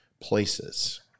places